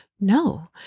no